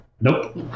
Nope